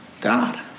God